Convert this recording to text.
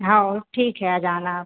हाँ वो ठीक है आ जाना आप